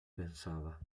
pensava